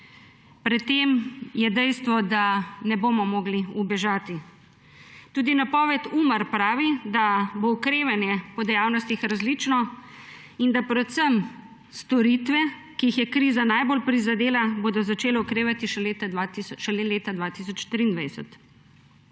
pred tem ne bomo mogli ubežati. Tudi napoved Umarja pravi, da bo okrevanje po dejavnostih različno in da predvsem storitve, ki jih je kriza najbolj prizadela, bodo začele okrevati šele leta 2023.